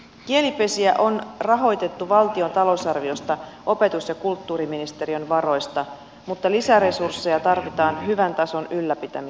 kielipesiä on rahoitettu valtion talousarviosta opetus ja kult tuuriministeriön varoista mutta lisäresursseja tarvitaan hyvän tason ylläpitämiseksi